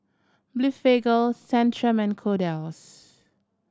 Blephagel Centrum and Kordel's